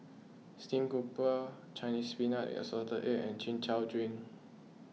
Stream Grouper Chinese Spinach with Assorted Eggs and Chin Chow Drink